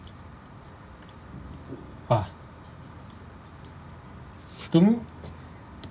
!wah! to me